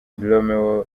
romeo